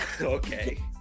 Okay